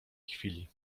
chwili